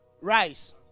rice